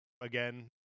again